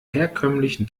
herkömmlichen